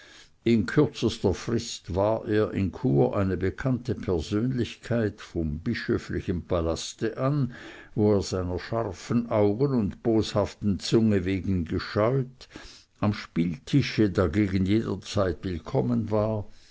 in kürzester frist war er in chur eine bekannte persönlichkeit vom bischöflichen palaste an wo er seiner scharfen augen und boshaften zunge wegen gescheut am spieltische dagegen jederzeit willkommen war